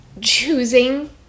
choosing